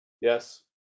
yes